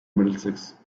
middlesex